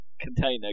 container